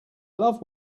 love